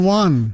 one